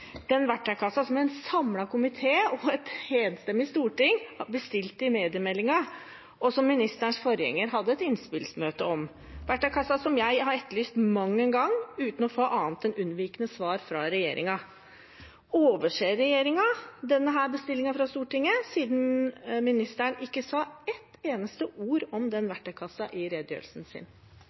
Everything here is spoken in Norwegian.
den verktøykassen som en samlet komité og et enstemmig storting bestilte i forbindelse med mediemeldingen, og som ministerens forgjenger hadde et innspillsmøte om, verktøykassen som jeg har etterlyst mang en gang uten å få annet enn unnvikende svar fra regjeringen. Overser regjeringen denne bestillingen fra Stortinget, siden ministeren ikke sa ett eneste ord om den verktøykassen i redegjørelsen sin?